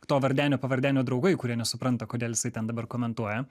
to vardenio pavardenio draugai kurie nesupranta kodėl jisai ten dabar komentuoja